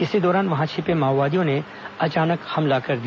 इसी दौरान वहां छिपे माओवादियों ने अचानक हमला कर दिया